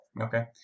Okay